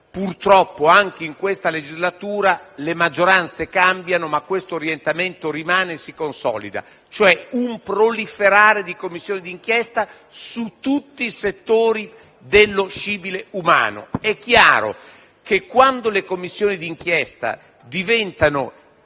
Purtroppo anche in questa legislatura le maggioranze cambiano ma questo orientamento rimane e si consolida: c'è un proliferare delle Commissioni di inchiesta su tutti i settori dello scibile umano. È chiaro che, quando le Commissioni di inchiesta diventano